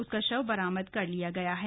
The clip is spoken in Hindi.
उसका शव बरामद कर लिया गया है